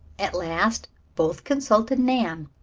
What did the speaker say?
at last both consulted nan.